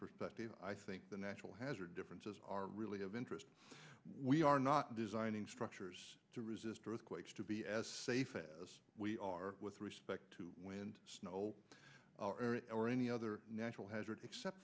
perspective i think the natural hazard differences are really of interest we are not designing structures to resist earthquakes to be as safe as we are with respect to wind snow or any other natural hazards except